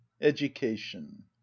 education